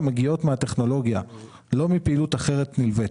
מגיעות מהטכנולוגיה ולא מפעילות אחרת נלווית.